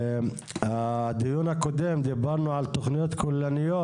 הדיון קודם דיברנו על תכניות כוללניות.